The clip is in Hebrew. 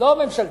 לא ממשלתית.